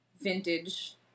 vintage